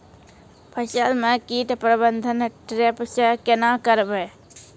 फसल म कीट प्रबंधन ट्रेप से केना करबै?